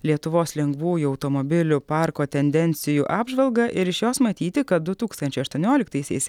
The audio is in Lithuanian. lietuvos lengvųjų automobilių parko tendencijų apžvalgą ir iš jos matyti kad du tūkstančiai aštuonioliktaisiais